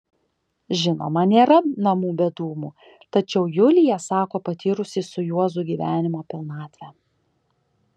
žinoma nėra namų be dūmų tačiau julija sako patyrusi su juozu gyvenimo pilnatvę